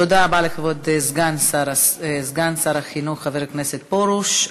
תודה רבה לכבוד סגן שר החינוך חבר הכנסת פרוש.